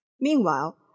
Meanwhile